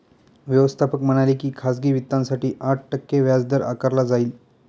व्यवस्थापक म्हणाले की खाजगी वित्तासाठी आठ टक्के व्याजदर आकारला जाईल